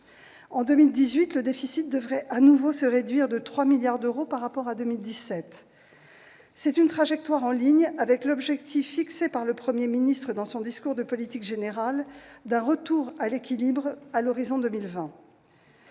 En 2018, le déficit devrait à nouveau se réduire de 3 milliards d'euros par rapport à 2017. C'est une trajectoire en ligne avec l'objectif fixé par le Premier ministre dans son discours de politique générale d'un retour à l'équilibre à l'horizon de 2020.